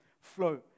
flow